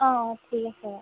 অঁ ঠিক আছে বাৰু